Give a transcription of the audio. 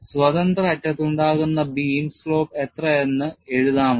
സ്വതന്ത്ര അറ്റത്ത് ഉണ്ടാകുന്ന ബീം slope എത്ര എന്ന് എഴുതാമോ